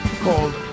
called